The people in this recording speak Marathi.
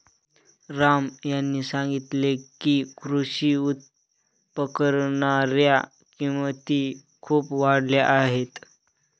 राम यांनी सांगितले की, कृषी उपकरणांच्या किमती खूप वाढल्या आहेत